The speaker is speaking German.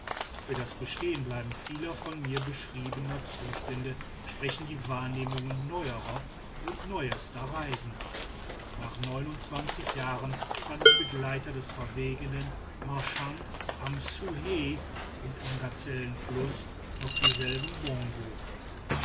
für das bestehenbleiben vieler von mir beschriebener zustände sprechen die wahrnehmungen neuerer und neuester reisender nach jahren fanden die begleiter des verwegenen marchand am ssueh und am gazellenfluß noch dieselben bongo